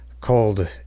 called